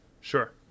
Sure